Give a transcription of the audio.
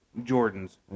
Jordans